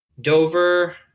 Dover